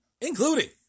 including